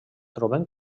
trobem